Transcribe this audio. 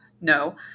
no